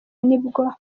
nibwo